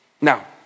Now